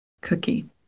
cookie